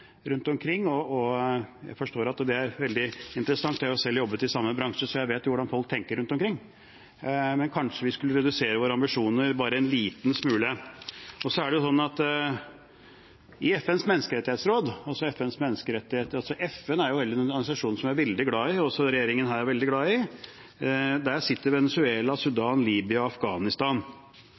selv jobbet i samme bransje, så jeg vet hvordan folk tenker rundt omkring, men kanskje vi skulle redusere våre ambisjoner bare en liten smule. Så er det sånn at i FNs menneskerettighetsråd – for FN er jo en organisasjon man er veldig glad i, og som regjeringen også er veldig glad i – sitter Venezuela, Sudan, Libya og Afghanistan.